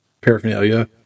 paraphernalia